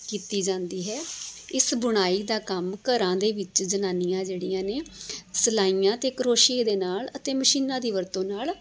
ਕੀਤੀ ਜਾਂਦੀ ਹੈ ਇਸ ਬੁਣਾਈ ਦਾ ਕੰਮ ਘਰਾਂ ਦੇ ਵਿੱਚ ਜਨਾਨੀਆਂ ਜਿਹੜੀਆਂ ਨੇ ਸਲਾਈਆਂ ਅਤੇ ਕਰੋਸ਼ੀਏ ਦੇ ਨਾਲ ਅਤੇ ਮਸ਼ੀਨਾਂ ਦੀ ਵਰਤੋਂ ਨਾਲ